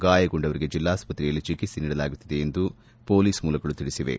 ಗಾಯಗೊಂಡವರಿಗೆ ಜಿಲ್ಲಾಸ್ವತ್ರೆಯಲ್ಲಿ ಚಿಕಿತ್ಸೆ ನೀಡಲಾಗುತ್ತಿದೆ ಎಂದು ಪೊಲೀಸ್ ಮೂಲಗಳು ತಿಳಿಸಿವೆ